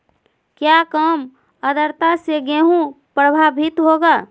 क्या काम आद्रता से गेहु प्रभाभीत होगा?